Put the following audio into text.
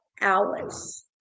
hours